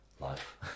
life